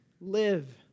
live